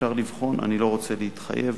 אפשר לבחון, אני לא רוצה להתחייב.